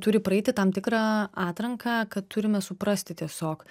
turi praeiti tam tikrą atranką kad turime suprasti tiesiog